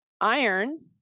Iron